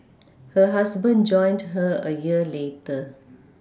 her husband joined her a year later